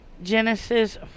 Genesis